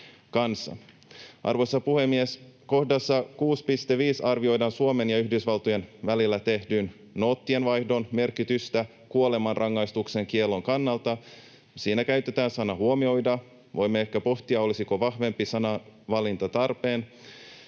Arvoisa puhemies! Kohdassa 6.5 arvioidaan Suomen ja Yhdysvaltojen välillä tehdyn noottienvaihdon merkitystä kuolemanrangaistuksen kiellon kannalta. Siinä käytetään sanaa ”huomioida”. Voimme ehkä pohtia, olisiko vahvempi sanavalinta tarpeen.